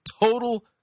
total